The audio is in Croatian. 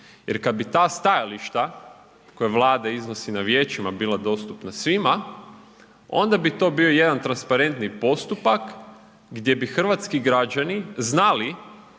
Jer kada bi ta stajališta koja Vlada iznosi na Vijećima bila dostupna svima onda bi to bio jedan transparentni postupak gdje bi hrvatski građani znali